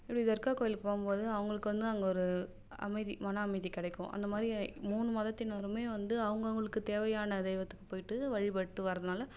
இப்படி தர்கா கோயிலுக்கு போகும்போது அவங்களுக்கு வந்து அங்கே ஒரு அமைதி மன அமைதி கிடைக்கும் அந்த மாதிரி மூணு மதத்தினருமே வந்து அவங்கவுங்களுக்குத் தேவையான தெய்வத்துக்குப் போயிட்டு வழிபட்டு வரதினாலே